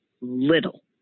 little